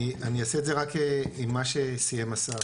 אני אעשה את זה רק עם מה שסיים השר.